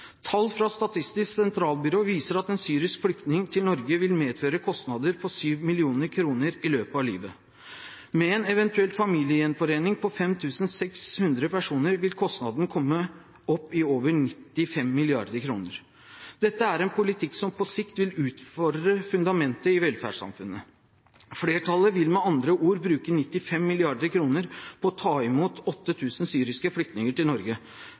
Tall fra Statistisk sentralbyrå viser at en syrisk flyktning til Norge vil medføre kostnader på 7 mill. kr i løpet av livet. Med en eventuell familiegjenforening på 5 600 personer vil kostnadene komme opp i over 95 mrd. kr. Dette er en politikk som på sikt vil utfordre fundamentet i velferdssamfunnet. Flertallet vil med andre ord bruke 95 mrd. kr på å ta imot 8 000 syriske flyktninger til Norge.